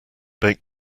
bake